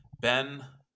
Ben